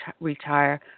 retire